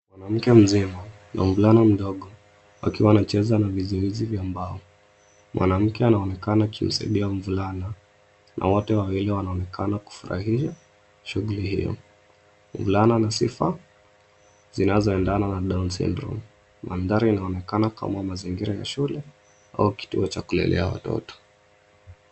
Mwanamke mzima na mvulana mdogo wakiwa wanacheza vizuizi vya mbao. Mwanamme anaonekana akimsaidia mvulana na wote wawili wanaonekana kufurahia shughuli hiyo. Mvulana ana sifa zinazoendana na (cs)down syndrome(cs)Mandhari inaonekana kama mazingira ya shule au kituo cha kulelea watoto.